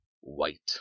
White